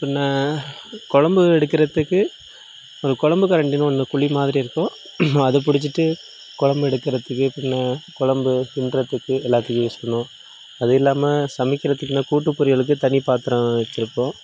பின்பு குழம்பு எடுக்கிறதுக்கு ஒரு குழம்பு கரண்டின்னு ஒன்று குழி மாதிரி இருக்கும் அது பிடிச்சிட்டு குழம்பு எடுக்கிறதுக்கு எப்புடினா குழம்பு கிண்டுறதுக்கு எல்லாத்துக்கும் யூஸ் பண்ணுவோம் அது இல்லாமல் சமைக்கிறதுக்குனு கூட்டுப்பொரியலுக்கு தனி பாத்திரம் வச்சுருப்போம்